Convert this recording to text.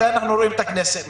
מתי אנחנו רואים את השרים?